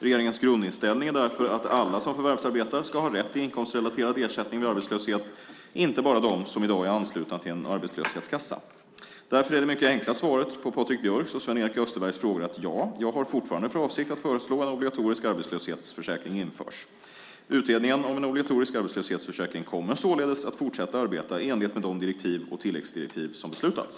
Regeringens grundinställning är därför att alla som förvärvsarbetar ska ha rätt till inkomstrelaterad ersättning vid arbetslöshet, inte bara de som i dag är anslutna till en arbetslöshetskassa. Därför är det mycket enkla svaret på Patrik Björcks och Sven-Erik Österbergs frågor att, ja, jag har fortfarande för avsikt att föreslå att en obligatorisk arbetslöshetsförsäkring införs. Utredningen om en obligatorisk arbetslöshetsförsäkring kommer således att fortsätta arbeta i enlighet med de direktiv och tilläggsdirektiv som beslutats.